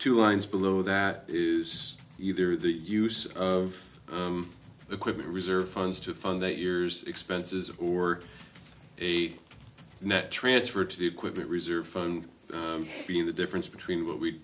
two items below that is either the use of the equipment reserve funds to fund that year's expenses or a net transfer to the equipment reserve fund being the difference between what we